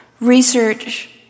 research